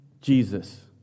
Jesus